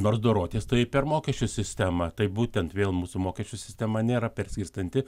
nors dorotis tai per mokesčių sistemą tai būtent vėl mūsų mokesčių sistema nėra perskirstanti